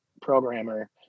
programmer